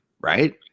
right